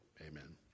Amen